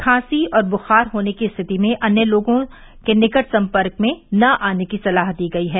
खांसी और बूखार होने की स्थिति में अन्य लोगों के निकट संपर्क में न आने की सलाह दी गई है